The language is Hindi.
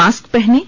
मास्क पहनें